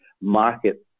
market